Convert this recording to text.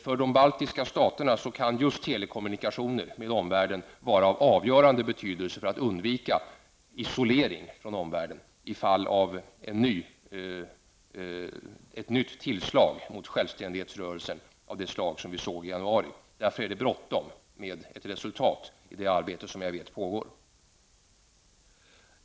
För de baltiska staterna kan just telekommunikationer med omvärlden vara av avgörande betydelse för att undvika isolering i händelse av ett nytt tillslag mot självständighetsrörelsen, liknande det som vi såg i januari. Därför är det bråttom med ett resultat av det arbete som jag vet pågår.